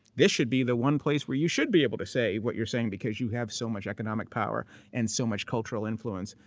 this should be the one place where you should be able to say what you're saying because you have so much economic power and so much cultural influence.